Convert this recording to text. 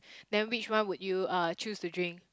then which one would you uh choose to drink